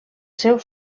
seus